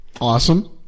Awesome